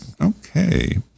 Okay